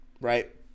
right